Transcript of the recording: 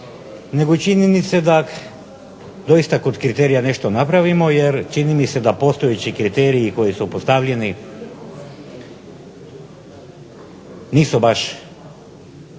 nego činjenice da doista kod kriterija nešto napravimo jer čini mi se da postojeći kriteriji koji su postavljeni nisu baš